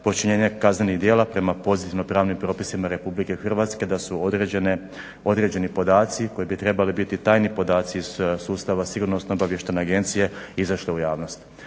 počinjenje kaznenih djela prema pozitivno pravni propisima Republike Hrvatske da su određeni podaci koji bi trebali biti tajni podaci iz sustava sigurnosno-obavještajne agencije izašle u javnost.